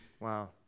wow